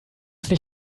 wir